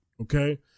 Okay